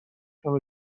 کمه